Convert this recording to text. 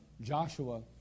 Joshua